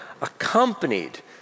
accompanied